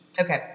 Okay